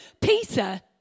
Peter